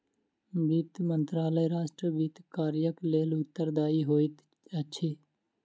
वित्त मंत्रालय राष्ट्र वित्त कार्यक लेल उत्तरदायी होइत अछि